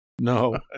No